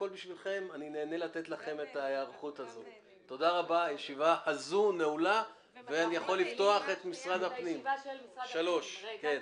סיימנו את ההצבעה ולמעשה את הדיון הזה סיימנו.